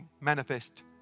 manifest